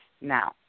Now